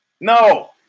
No